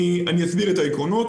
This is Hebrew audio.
אני אסביר את העקרונות.